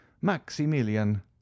maximilian